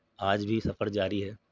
آج بھی سفر جاری ہے